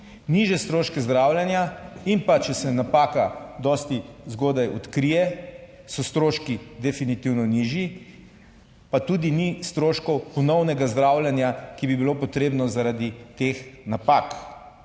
nižje stroške zdravljenja in pa, če se napaka dosti zgodaj odkrije, so stroški definitivno nižji, pa tudi ni stroškov ponovnega zdravljenja, ki bi bilo potrebno, zaradi teh napak,